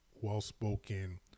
well-spoken